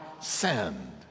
send